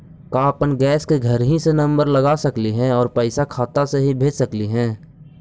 का अपन गैस के घरही से नम्बर लगा सकली हे और पैसा खाता से ही भेज सकली हे?